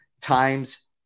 Times